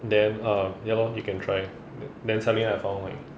then um ya lor you can try then suddenly I found like